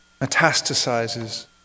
metastasizes